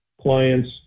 clients